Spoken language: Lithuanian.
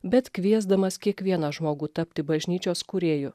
bet kviesdamas kiekvieną žmogų tapti bažnyčios kūrėju